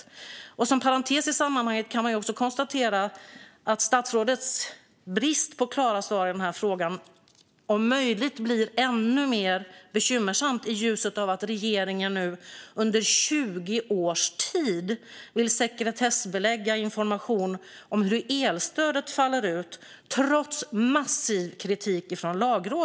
Som en parentes i sammanhanget kan vi också konstatera att statsrådets brist på klara svar i frågan om möjligt blir än mer bekymmersamt i ljuset av att regeringen nu, trots massiv kritik från Lagrådet, i 20 års tid vill sekretessbelägga information om hur elstödet faller ut.